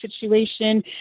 situation